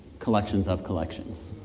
collections of collections.